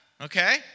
okay